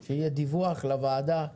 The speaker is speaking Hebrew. שיהיה דיווח לוועדה?